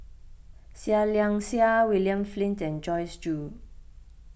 Seah Liang Seah William Flint and Joyce Jue